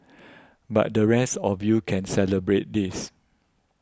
but the rest of you can celebrate this